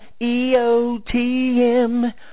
EOTM